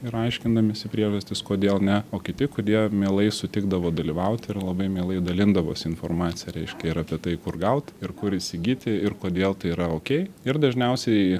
ir aiškindamiesi priežastis kodėl ne o kiti kurie mielai sutikdavo dalyvauti ir labai mielai dalindavosi informacija reiškia ir apie tai kur gaut ir kur įsigyti ir kodėl tai yra okei ir dažniausiai